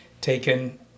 taken